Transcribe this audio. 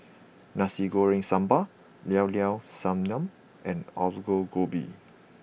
Nasi Goreng Sambal Llao Llao Sanum and Aloo Gobi